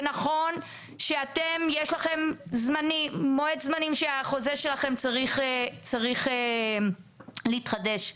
ונכון שיש לכם מועד זמן שהחוזה שלכם צריך להתחדש.